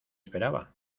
esperaba